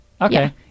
Okay